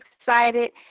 excited